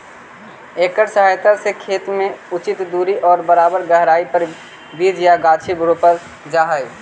एकर सहायता से खेत में उचित दूरी और बराबर गहराई पर बीचा या गाछी रोपल जा हई